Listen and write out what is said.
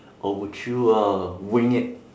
or would you uh wing it